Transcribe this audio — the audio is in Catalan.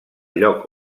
lloc